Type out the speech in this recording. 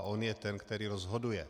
A on je ten, který rozhoduje.